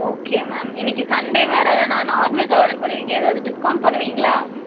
okay ma'am இன்றைக்கு Sunday வேறு நான் நான்வெஜ் ஆர்டர் பண்ணிருக்கேன் ஏதாவது டிஸ்கவுண்ட் பண்ணுவீங்களா